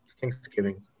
Thanksgiving